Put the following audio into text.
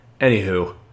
Anywho